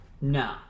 No